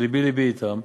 ולבי-לבי אתם,